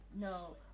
No